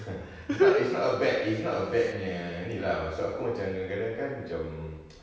!huh! it's not it's not a bad punya ini lah maksud aku macam kadang-kadang kan macam